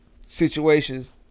Situations